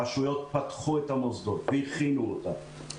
הרשויות פתחו את המוסדות והכינו אותם.